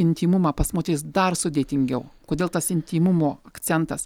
intymumą pas moteris dar sudėtingiau kodėl tas intymumo akcentas